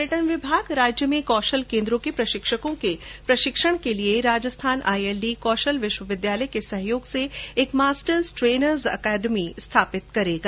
पयर्टन विभाग राज्य में कौशल केन्द्रों के प्रशिक्षकों के प्रशिक्षण के लिए राजस्थान आईएलडी कौशल विश्वविद्यालय के सहयोग से एक मास्टर ट्रेनर्स अकादमी स्थापित करेगा